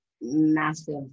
massive